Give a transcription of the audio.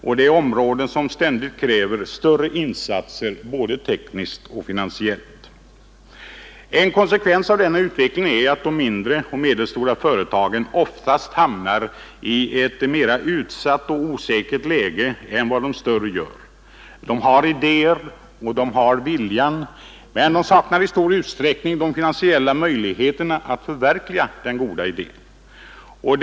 Det är områden som ständigt kräver större insatser, både tekniskt och finansiellt. En konsekvens av denna utveckling är att de mindre och medelstora företagen oftast hamnar i ett mera utsatt och osäkert läge än vad de större gör. De har idéer och de har viljan, men de saknar i stor utsträckning de finansiella möjligheterna att förverkliga de goda idéerna.